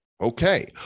Okay